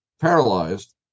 paralyzed